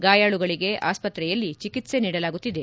ಗಾಯಾಳುಗಳಿಗೆ ಆಸ್ಪತ್ರೆಯಲ್ಲಿ ಚಿಕಿತ್ಸೆ ನೀಡಲಾಗುತ್ತಿದೆ